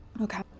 okay